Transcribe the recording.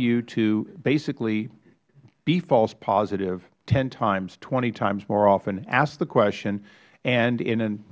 you to basically be false positive ten times twenty times more often ask the question and in an